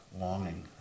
longing